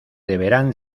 deberán